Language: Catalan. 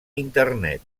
internet